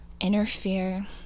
interfere